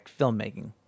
filmmaking